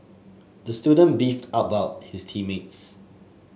the student beefed about his team mates